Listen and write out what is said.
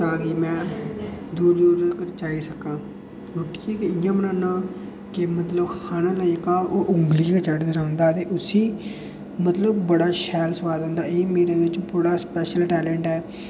तां के में दूर दूर तक्क जाई सकां ओह् ठीक ऐ इं'या बनाना के मतलब खाने आह्ला जेह्का ओह् उंगलियां चटदा रौंह्दा ते उसी मतलब बड़ा शैल सोआद औंदा एह् मेरे बिच बड़ा स्पेशल टेलैंट ऐ